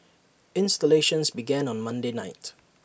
installations began on Monday night